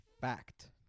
Fact